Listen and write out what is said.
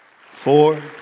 four